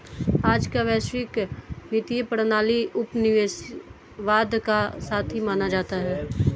आज का वैश्विक वित्तीय प्रणाली उपनिवेशवाद का साथी माना जाता है